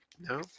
No